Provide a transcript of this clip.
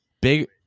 big